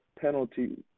penalty